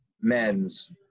men's